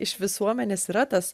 iš visuomenės yra tas